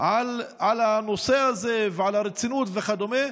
על הנושא הזה, על הרצינות וכדומה.